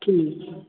ठीक है